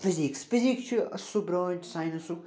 physics physics چھُ سُہ branch ساینسُک